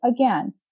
again